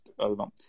album